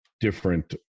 different